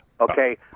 Okay